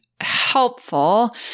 helpful